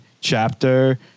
chapter